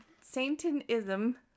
Satanism